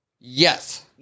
Yes